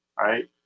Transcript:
right